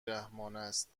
رحمانست